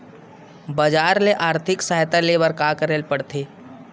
बजार ले आर्थिक सहायता ले बर का का करे ल पड़थे?